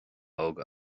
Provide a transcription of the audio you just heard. óga